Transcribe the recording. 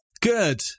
Good